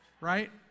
Right